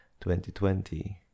2020